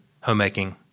homemaking